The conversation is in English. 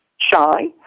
shy